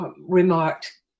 remarked